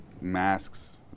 masks